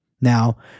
Now